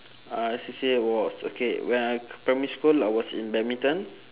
uh C_C_A was okay when I primary school I was in badminton